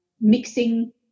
mixing